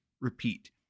Repeat